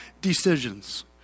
decisions